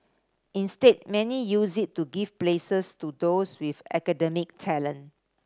instead many use it to give places to those with academic talent